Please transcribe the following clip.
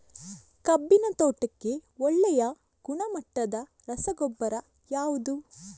ಕಬ್ಬಿನ ತೋಟಕ್ಕೆ ಒಳ್ಳೆಯ ಗುಣಮಟ್ಟದ ರಸಗೊಬ್ಬರ ಯಾವುದು?